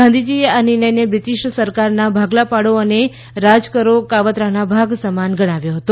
ગાંધીજીએ આ નિર્ણયને બ્રિટીશ સરકારના ભાગલા પાડો અને રાજ કરો કાવતરાના ભાગ સમાન ગણાવ્યો હતો